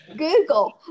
google